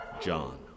John